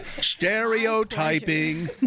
Stereotyping